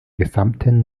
gesamten